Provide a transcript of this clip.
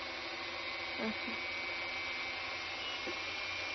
اَچھا